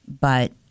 but-